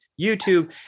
YouTube